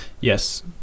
Yes